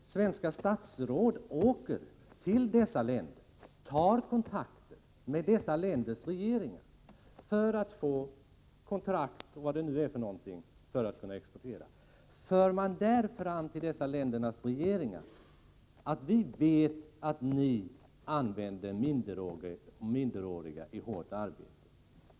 Svenska statsråd reser till dessa länder och tar kontakt med ländernas regeringar för att få kontrakt och vad det nu är för någonting i syfte att kunna exportera. Jag undrar om man då till ländernas regeringar säger: Vi vet att ni använder minderåriga i hårt arbete.